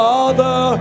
Father